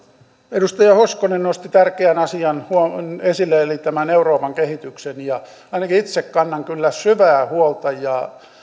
edustaja hoskonen nosti tärkeän asian esille eli tämän euroopan kehityksen ja ainakin itse kannan kyllä syvää huolta ja